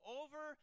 over